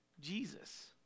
Jesus